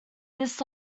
this